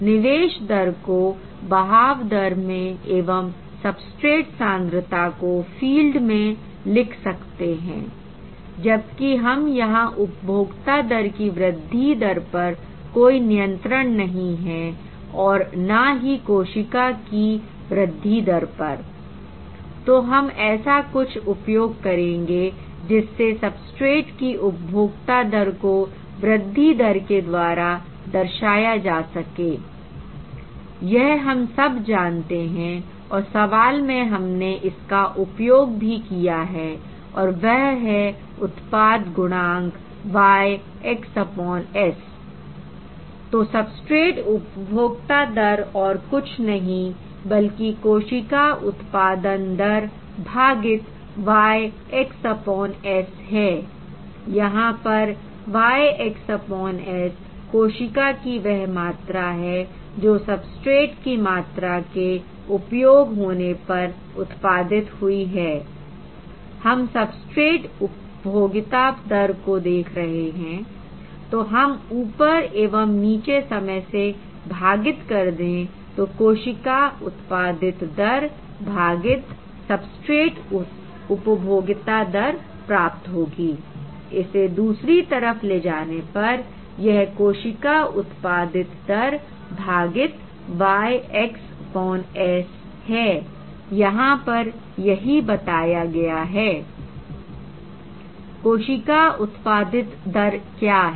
निवेश दर को बहाव दर में एवं सबस्ट्रेट सांद्रता को फील्ड में लिख सकते हैं I जबकि हम यहां उपभोक्ता दर की वृद्धि दर पर कोई नियंत्रण नहीं है और ना ही कोशिका की वृद्धि दर पर I तो हम ऐसा कुछ उपयोग करेंगे जिससे सबस्ट्रेट की उपभोक्ता दर को वृद्धि दर के द्वारा दर्शाया जा सके I यह हम सब जानते हैं और सवाल में हमने इसका उपयोग भी किया है और वह है उत्पाद गुणांक Y xS I तो सबस्ट्रेट उपभोक्ता दर और कुछ नहीं बल्कि कोशिका उत्पादन दर भागीत Y xS है I यहां पर Y xS कोशिका की वह मात्रा है जो सबस्ट्रेट की मात्रा के उपयोग होने पर उत्पादित हुई है I हम सबस्ट्रेट उपभोगीता दर देख रहे हैं तो हम ऊपर एवं नीचे समय से भागीत कर दें तो कोशिका उत्पादित दर भागीत सबस्ट्रेट उपभोगीता दर प्राप्त होगी I इसे दूसरी तरफ ले जाने पर यह कोशिका उत्पादित दर भागीत Y xS है I यहां पर यही बताया गया है I कोशिका उत्पादित दर क्या है